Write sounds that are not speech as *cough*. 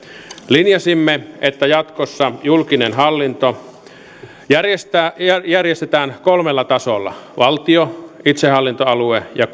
linjasimme että jatkossa julkinen hallinto järjestetään kolmella tasolla valtio itsehallintoalue ja *unintelligible*